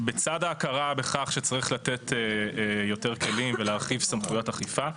בצד ההכרה בכך שצריך לתת יותר כלים ולהרחיב סמכויות אכיפה,